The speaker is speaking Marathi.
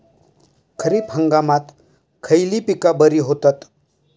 खरीप हंगामात खयली पीका बरी होतत?